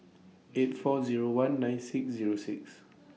eight four Zero one nine six Zero six